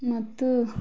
ಮತ್ತು